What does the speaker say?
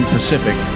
Pacific